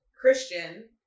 christian